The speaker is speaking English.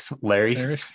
Larry